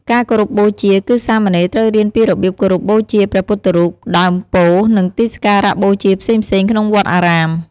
ការគោរពបូជា គឺសាមណេរត្រូវរៀនពីរបៀបគោរពបូជាព្រះពុទ្ធរូប ដើមពោធិ៍ និងទីសក្ការៈបូជាផ្សេងៗក្នុងវត្តអារាម។